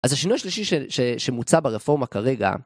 אז השינוי השלישי שמוצע ברפורמה כרגע